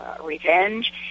revenge